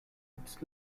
its